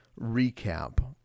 recap